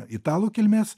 italų kilmės